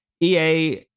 EA